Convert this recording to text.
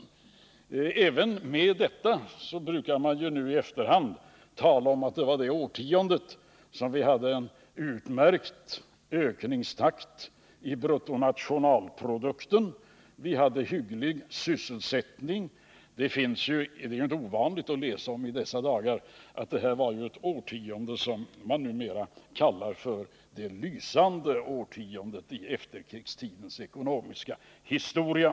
Nu, i efterhand, brukar man tala om att 1960-talet var ett årtionde då vi hade en utmärkt ökningstakt i bruttonationalprodukten. Vi hade hygglig sysselsättning. Det är inte ovanligt att i dessa dagar läsa om att 1960-talet var ett årtionde som man kallar för det lysande årtiondet i efterkrigstidens ekonomiska historia.